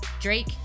Drake